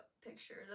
pictures